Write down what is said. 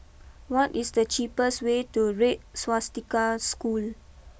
what is the cheapest way to Red Swastika School